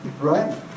Right